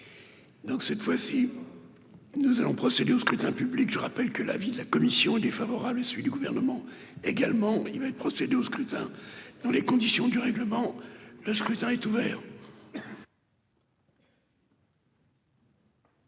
Donc, cette fois-ci, nous allons procéder au scrutin public, je rappelle que l'avis de la commission est défavorable, celui du gouvernement, également, il va être procédé au scrutin dans les conditions du règlement, le scrutin est ouvert.